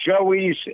Joey's